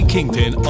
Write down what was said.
Kingpin